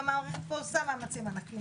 והמערכת פה עושה מאמצים ענקיים,